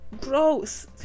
Gross